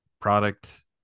product